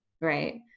right